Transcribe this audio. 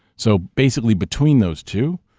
so basically between those two,